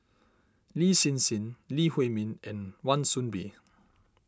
Lin Hsin Hsin Lee Huei Min and Wan Soon Bee